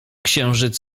księżyc